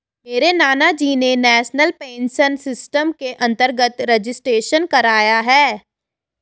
मेरे नानाजी ने नेशनल पेंशन सिस्टम के अंतर्गत रजिस्ट्रेशन कराया है